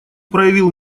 проявил